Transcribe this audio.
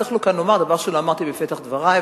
צריך כאן לומר דבר שלא אמרתי בפתח דברי,